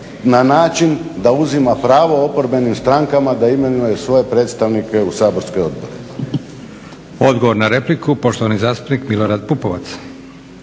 na način da uzima pravo oporbenim strankama da imenuju svoje predstavnike u saborski odbor.